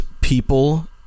people